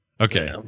Okay